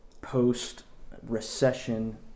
post-recession